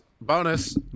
Bonus